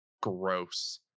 Gross